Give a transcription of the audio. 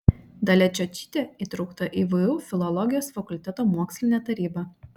dalia čiočytė įtraukta į vu filologijos fakulteto mokslinę tarybą